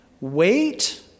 wait